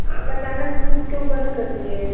आप अचानक दूध क्यों बन्द कर दिए